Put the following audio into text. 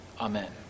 Amen